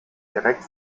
direkt